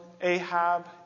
Ahab